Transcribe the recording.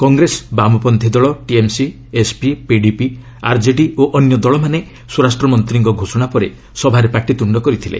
କଂଗ୍ରେସ ବାମପନ୍ତ୍ରୀ ଦଳ TMC SP PDP RJD ଓ ଅନ୍ୟ ଦଳମାନେ ସ୍ୱରାଷ୍ଟ୍ରମନ୍ତ୍ରୀଙ୍କ ଘୋଷଣା ପରେ ସଭାରେ ପାଟିତୁଣ୍ଡ କରିଥିଲେ